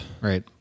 Right